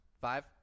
Five